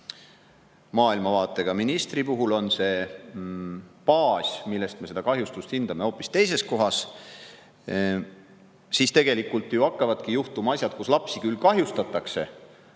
maailmavaatega ministri puhul on see baas, millele toetudes me seda kahjustamist hindame, hoopis teine. Siis tegelikult ju hakkavadki juhtuma asjad, millega lapsi küll kahjustatakse,